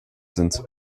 sind